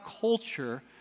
culture